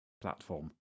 platform